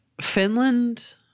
finland